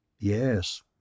Yes